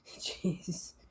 Jeez